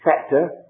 factor